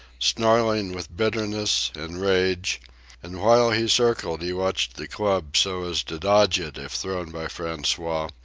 snarling with bitterness and rage and while he circled he watched the club so as to dodge it if thrown by francois,